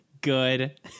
good